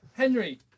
Henry